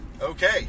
Okay